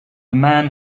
man